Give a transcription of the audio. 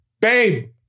Babe